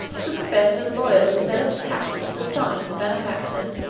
who professed a loyal and zealous attachment to the son of his benefactor.